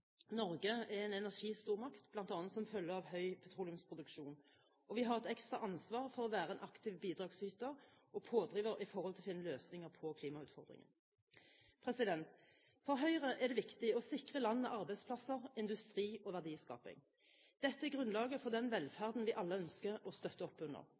Norge er en energistormakt bl.a. som følge av høy petroleumsproduksjon, og vi har et ekstra ansvar for å være en aktiv bidragsyter og pådriver for å finne løsninger på klimautfordringen. For Høyre er det viktig å sikre landet arbeidsplasser, industri og verdiskaping. Dette er grunnlaget for den velferden vi alle ønsker å støtte opp under.